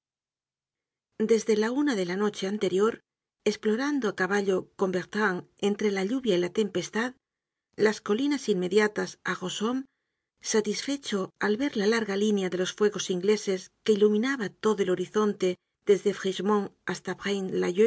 desde la una de la noche anterior esplorando á caballo con bertrand entre la lluvia y la tempestad las colinas inmediatas á rossomme satisfecho al ver la larga línea de los fuegos ingleses que iluminaba todo el horizonte desde frischemont hasta